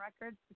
records